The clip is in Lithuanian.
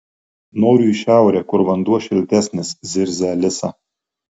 noriu į šiaurę kur vanduo šiltesnis zirzia alisa